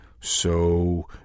So